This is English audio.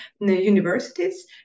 universities